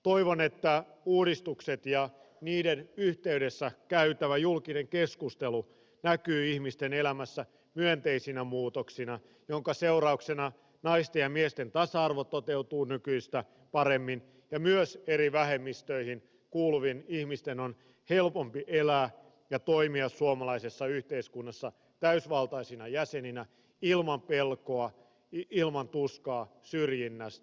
toivon että uudistukset ja niiden yhteydessä käytävä julkinen keskustelu näkyvät ihmisten elämässä myönteisinä muutoksina joidenka seurauksena naisten ja miesten tasa arvo toteutuu nykyistä paremmin ja myös eri vähemmistöihin kuuluvien ihmisten on helpompi elää ja toimia suomalaisessa yhteiskunnassa täysivaltaisina jäseninä ilman pelkoa ilman tuskaa syrjinnästä